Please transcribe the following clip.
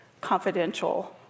confidential